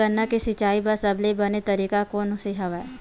गन्ना के सिंचाई बर सबले बने तरीका कोन से हवय?